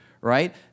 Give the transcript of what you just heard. right